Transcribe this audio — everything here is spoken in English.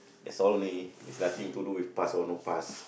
that's all only there's nothing to do with pass or no pass